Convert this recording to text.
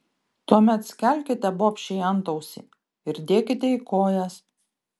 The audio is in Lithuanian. tuomet skelkite bobšei antausį ir dėkite į kojas